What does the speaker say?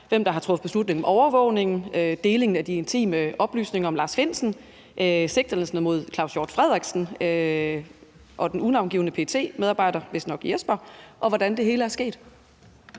hvem der har truffet beslutning om overvågningen, delingen af intime oplysninger om Lars Findsen og sigtelserne mod Claus Hjort Frederiksen og den unavngivne PET-medarbejder, vistnok Jesper, og hvordan det hele er sket.